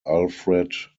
alfred